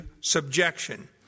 subjection